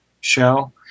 show